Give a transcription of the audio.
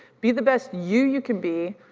be the best you you can be,